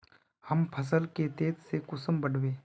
हम फसल के तेज से कुंसम बढ़बे?